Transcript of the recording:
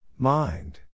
Mind